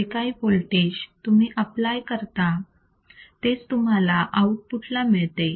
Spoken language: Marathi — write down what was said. जे काही वोल्टेज तुम्ही आपलाय कराल तेच तुम्हाला आउटपुट ला मिळेल